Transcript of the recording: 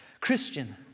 Christian